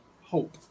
hope